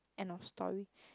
end of story